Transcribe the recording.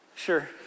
sure